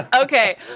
Okay